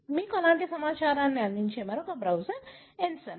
మీకు అలాంటి సమాచారాన్ని అందించే మరొక బ్రౌజర్ ఎన్సెంబ్ల్